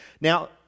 Now